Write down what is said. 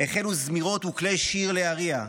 "החלו זמירות וכלי שיר להריע.